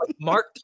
mark